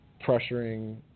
pressuring